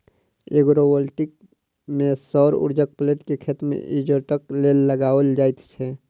agrovoltaic मे सौर उर्जाक प्लेट के खेत मे इजोतक लेल लगाओल जाइत छै